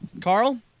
Carl